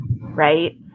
right